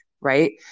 right